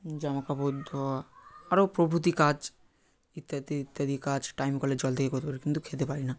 জামা কাপড় ধোয়া আরো প্রভৃতি কাজ ইত্যাদি ইত্যাদি কাজ টাইম কলের জল থেকে করতে পারে কিন্তু খেতে পারি না